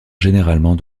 généralement